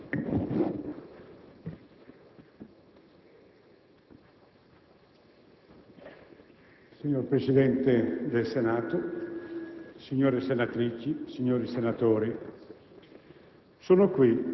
Signor Presidente del Senato, signore senatrici e signori senatori,